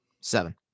Seven